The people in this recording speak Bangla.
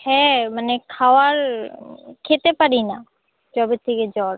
হ্যাঁ মানে খাবার খেতে পারি না যবে থেকে জ্বর